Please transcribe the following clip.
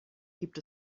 gibt